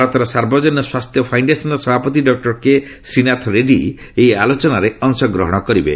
ଭାରତର ସାର୍ବଜନୀନ ସ୍ୱାସ୍ଥ୍ୟ ଫାଉଣ୍ଡେସନ୍ର ସଭାପତି ଡକୁର କେ ଶ୍ରୀନାଥ ରେଡ଼ୁୀ ଏହି ଆଲୋଚନାରେ ଅଂଶଗ୍ରହଣ କରିବେ